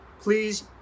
Please